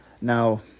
Now